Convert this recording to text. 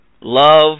Love